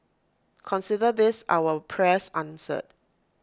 consider this our prayers answered